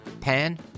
pan